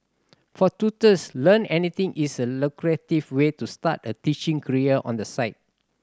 for tutors Learn Anything is a lucrative way to start a teaching career on the side